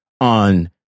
on